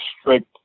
strict